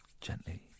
gently